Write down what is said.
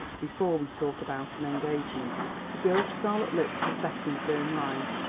before we talk about an engagement. the girl's scarlet lips were set in firm lines,